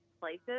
places